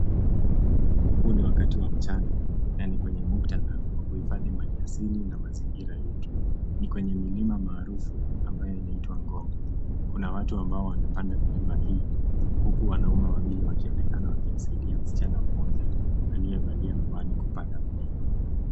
Huu ni wakati wa mchana, na ni kwenye muktadha wa kuhifadhi maliasili na mazingira yetu. Ni kwenye milima maarufu ambayo inaitwa Ngong. Kuna watu ambao wanapanda milima hii, huku wanaume wawili wakionekana wakimsaidia msichana mmoja aliyevalia miwani kupanda mlima.